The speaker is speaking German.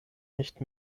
nicht